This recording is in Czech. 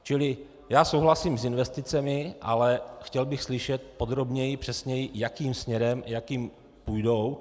Čili já souhlasím s investicemi, ale chtěl bych slyšet podrobněji, přesněji, jakým směrem půjdou.